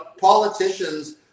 politicians